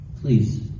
please